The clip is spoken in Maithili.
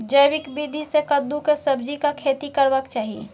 जैविक विधी से कद्दु के सब्जीक खेती करबाक चाही?